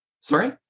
sorry